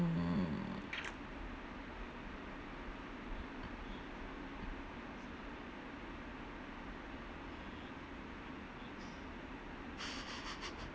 mm